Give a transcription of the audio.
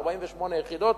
48 יחידות,